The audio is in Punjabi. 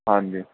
ਹਾਂਜੀ